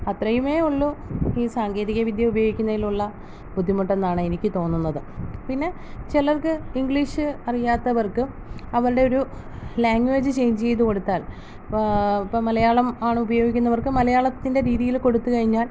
അത്രയുമേ ഉളളൂ ഈ സാങ്കേതിക വിദ്യ ഉപയോഗിക്കുന്നതിലുള്ള ബുദ്ധിമുട്ട് എന്നാണ് എനിക്ക് തോന്നുന്നത് പിന്നെ ചിലർക്ക് ഇംഗ്ലീഷ് അറിയാത്തവർക്ക് അവരുടെ ഒരു ലാംഗ്വേജ് ചേഞ്ച് ചെയ്ത് കൊടുത്താൽ ഇപ്പം മലയാളം ആണ് ഉപയോഗിക്കുന്നവർക്ക് മലയാളത്തിൻ്റെ രീതിയിൽ കൊടുത്ത് കഴിഞ്ഞാൽ